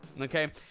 Okay